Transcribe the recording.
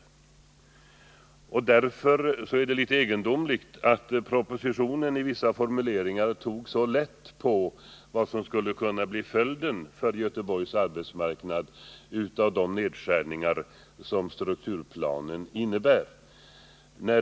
Det är därför litet egendomligt att regeringen enligt vissa formuleringar i propositionen tagit så lätt på vad som skulle kunna bli följden för Göteborgs arbetsmarknad av de nedskärningar som strukturplanen innebär.